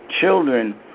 children